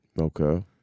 Okay